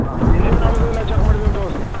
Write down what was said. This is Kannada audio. ಹಾಂ ಇಂಜಿನ್ ಆಯ್ಲ್ ಅದು ಇಲ್ಲ ಚೆಕ್ ಮಾಡಿದ್ದೀನಿ ತಗೋರಿ